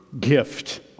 gift